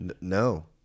No